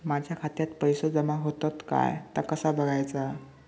माझ्या खात्यात पैसो जमा होतत काय ता कसा बगायचा?